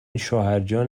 شوهرجان